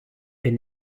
est